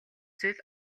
зүйл